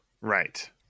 Right